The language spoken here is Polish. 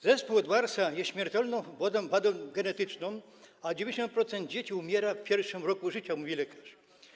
Zespół Edwardsa jest śmiertelną wadą genetyczną, a 90% dzieci umiera w pierwszym roku życia - mówił lekarz.